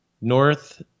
north